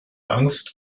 angst